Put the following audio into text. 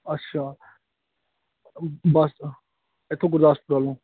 ਅੱਛਾ ਬੱਸ ਇੱਥੋਂ ਗੁਰਦਾਸਪੁਰ ਵੱਲ ਨੂੰ